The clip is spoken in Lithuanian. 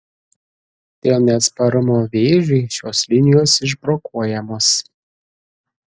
dėl neatsparumo vėžiui šios linijos išbrokuojamos